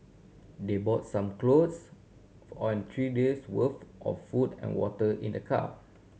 they brought some clothes and three days' worth of food and water in their car